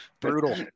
Brutal